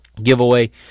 giveaway